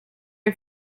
are